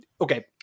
okay